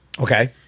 Okay